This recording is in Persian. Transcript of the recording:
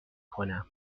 کنم